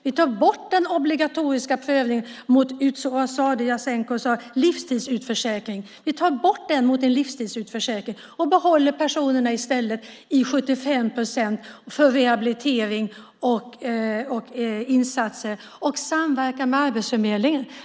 Vi tar bort den obligatoriska prövningen mot - vad var det Jasenko sade - livstidsutförsäkring och behåller i stället personerna i 75 procent för rehabilitering och insatser. Vi inför samverkan med Arbetsförmedlingen.